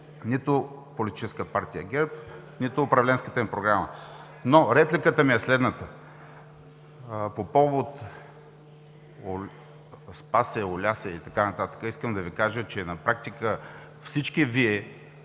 нито политическа партия ГЕРБ, нито управленската им програма. Но репликата ми е следната. По повод: „Спасе, оля се!“ и така нататък, искам да Ви кажа, че на практика всички Вие